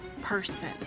person